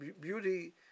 beauty